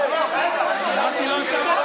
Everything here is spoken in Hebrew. היא אמרה שהיא לא משתתפת.